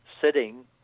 sitting